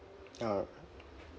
ah